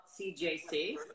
CJC